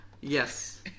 Yes